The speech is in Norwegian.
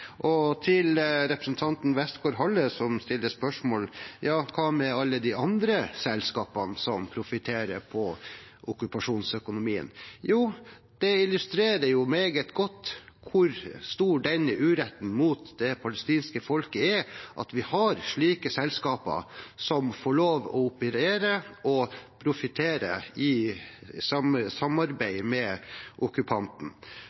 nå. Til representanten Westgaard-Halle, som stilte spørsmålet: Hva med alle de andre selskapene som profiterer på okkupasjonsøkonomien? Jo, det illustrerer meget godt hvor stor uretten mot det palestinske folket er, at vi har slike selskaper som får lov til å operere og profittere i samarbeid med okkupanten.